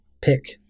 pick